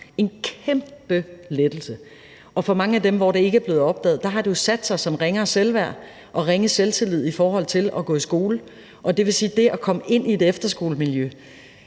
en kæmpe lettelse. Hos mange af dem, hvor det ikke er blevet opdaget, har det jo sat sig i ringere selvværd og ringe selvtillid i forhold til at gå i skole. Det at komme ind i et efterskolemiljø,